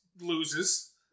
loses